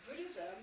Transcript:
Buddhism